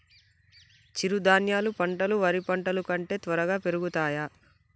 చిరుధాన్యాలు పంటలు వరి పంటలు కంటే త్వరగా పెరుగుతయా?